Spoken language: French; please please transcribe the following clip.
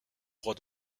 droit